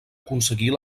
aconseguir